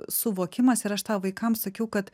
suvokimas ir aš tą vaikam sakiau kad